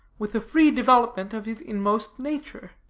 with a free development of his inmost nature.